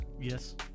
Yes